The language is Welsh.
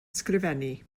ysgrifennu